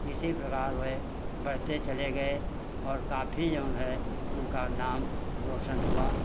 इसी प्रकार वह बढ़ते चले गए और काफ़ी उनका नाम रोशन हुआ